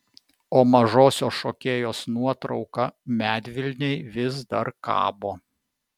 o mažosios šokėjos nuotrauka medvilnėj vis dar kabo